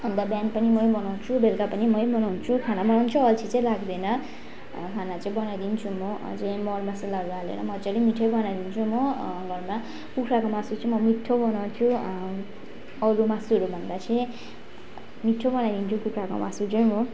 अन्त बिहान पनि मै बनाउँछु बेलुका पनि मै बनाउँछु खाना बनाउनु चाहिँ अल्छी चाहिँ लाग्दैन खानाहरू चाहिँ बनाइदिन्छु म अझै मरमसाला हालेर मज्जाले मिठै बनाइदिन्छु म घरमा कुखुराको मासु चाहिँ म मिठो बनाउँछु अरू मासुहरूभन्दा चाहिँ मिठो बनाइदिन्छु कुखुराको मासु चाहिँ म